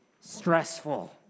stressful